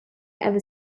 ever